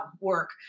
work